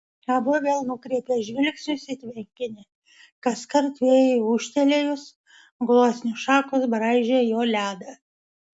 abu vėl nukreipė žvilgsnius į tvenkinį kaskart vėjui ūžtelėjus gluosnių šakos braižė jo ledą